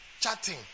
chatting